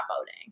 voting